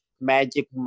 magic